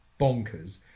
bonkers